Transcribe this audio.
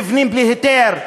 נבנים בלי היתר,